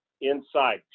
Inside